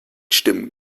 stimmen